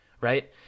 right